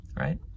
right